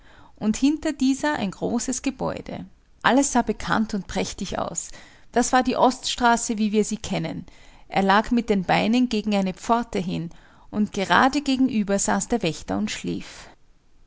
und hinter dieser ein großes gebäude alles sah bekannt und prächtig aus das war die oststraße wie wir sie kennen er lag mit den beinen gegen eine pforte hin und gerade gegenüber saß der wächter und schlief